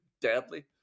deadly